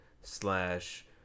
slash